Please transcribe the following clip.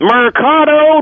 Mercado